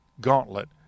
gauntlet